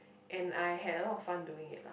and I had a lot of fun doing it lah